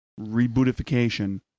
rebootification